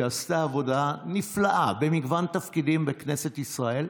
שעשתה עבודה נפלאה במגוון תפקידים בכנסת ישראל,